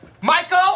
Michael